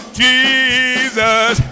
jesus